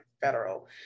federal